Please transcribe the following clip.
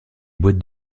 boîtes